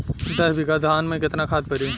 दस बिघा धान मे केतना खाद परी?